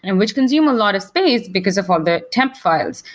and which consume a lot of space because of all the temp files,